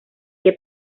che